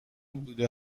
بوده